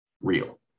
real